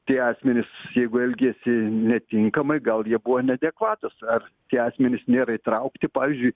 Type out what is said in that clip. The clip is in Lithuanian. tie asmenys jeigu elgiesi netinkamai gal jie buvo neadekvatūs ar tie asmenys nėra įtraukti pavyzdžiui